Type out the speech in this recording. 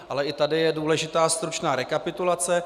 Ale i tady je důležitá stručná rekapitulace.